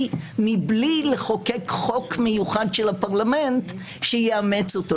מבלי לחוקק חוק מיוחד של הפרלמנט שיאמץ אותו.